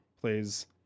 plays